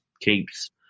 keeps